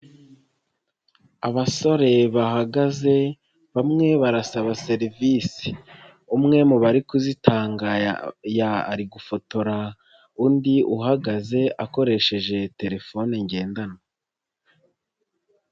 Abasore bahagaze, bamwe barasaba serivisi. Umwe mu bari kuzitanga ari gufotora, undi uhagaze, akoresheje telefone ngendanwa.